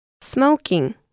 Smoking